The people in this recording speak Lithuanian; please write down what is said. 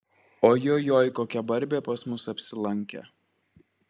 ojojoi kokia barbė pas mus apsilankė